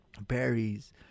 berries